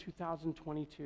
2022